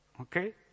okay